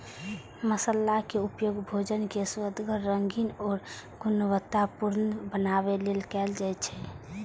मसालाक उपयोग भोजन कें सुअदगर, रंगीन आ गुणवतत्तापूर्ण बनबै लेल कैल जाइ छै